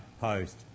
post